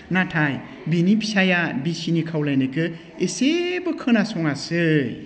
नाथाय बिनि फिसायआ बिसिनि खावलायनायखौ एसेबो खोनासङासै